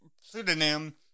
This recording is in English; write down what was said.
pseudonym